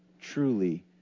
truly